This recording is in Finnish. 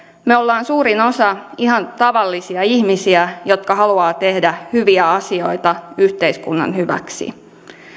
me olemme suurin osa ihan tavallisia ihmisiä jotka haluavat tehdä hyviä asioita yhteiskunnan hyväksi